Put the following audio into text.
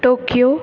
Tokyo